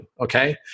Okay